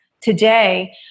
today